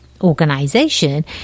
organization